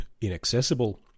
inaccessible